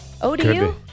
ODU